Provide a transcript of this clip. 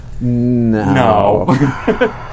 No